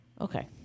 Okay